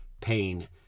pain